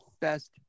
best